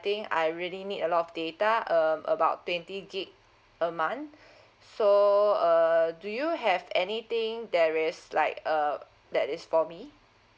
think I really need a lot of data um about twenty gig a month so uh do you have anything there is like err that is for me